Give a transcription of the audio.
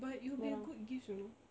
but it will be a good gift you know